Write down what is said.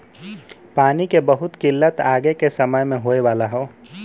पानी के बहुत किल्लत आगे के समय में होए वाला हौ